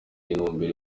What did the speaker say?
intumbero